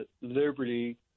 Liberty